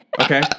Okay